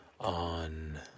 on